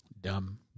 Dumb